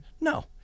no